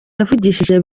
yavugishije